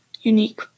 unique